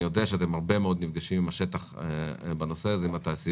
אני יודע שאתם נפגשים הרבה מאוד עם התעשיות בשטח בנושא הזה.